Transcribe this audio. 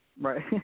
Right